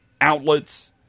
outlets